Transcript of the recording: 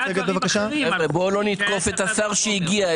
בואו לא נתקוף את השר שהגיע.